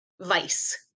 vice